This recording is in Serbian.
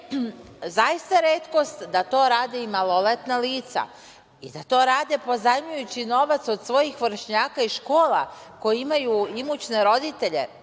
zaista retkost da to rade i maloletna lica i da to rade pozajmljujući novac od svojih vršnjaka iz škola koji imaju imućne roditelje,